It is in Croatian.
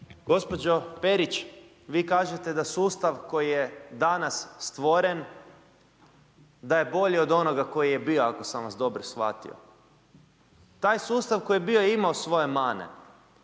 Gospođo Perić, vi kažete da sustav koji je danas stvoren da je bolji od onoga koji je bio ako sam vas dobro shvatio. Taj sustav koji je bio, imao je svoje mane